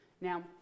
Now